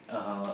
uh